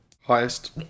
Highest